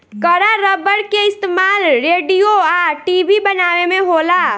कड़ा रबड़ के इस्तमाल रेडिओ आ टी.वी बनावे में होला